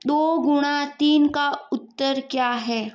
दो गुणा तीन का उत्तर क्या है